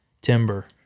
timber